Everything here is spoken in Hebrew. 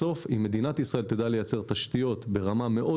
אם מדינת ישראל תדע לייצר תשתיות ברמה מאוד